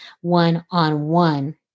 one-on-one